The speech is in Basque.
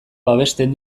babesten